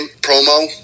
promo